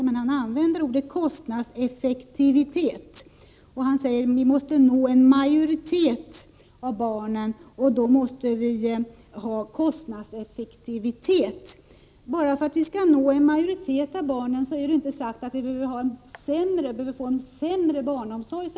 Bo Södersten använder ordet ”kostnadseffektivitet” och säger: Vi måste nå en majoritet av barnen, och då måste vi ha kostnadseffektivitet. Bara för att vi skall nå en majoritet av barnen är det inte sagt att vi behöver få en sämre barnomsorg.